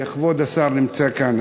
וכבוד השר נמצא כאן.